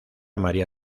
maría